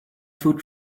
food